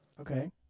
Okay